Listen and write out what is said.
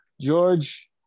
george